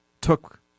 took